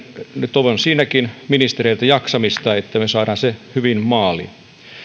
nyt toivon ministereiltä jaksamista että me saamme sen hyvin maaliin